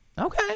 Okay